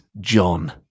John